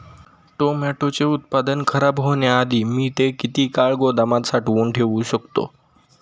टोमॅटोचे उत्पादन खराब होण्याआधी मी ते किती काळ गोदामात साठवून ठेऊ शकतो?